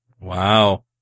wow